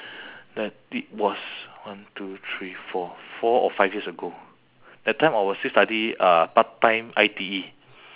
that it was one two three four four or five years ago that time I was still study uh part-time I_T_E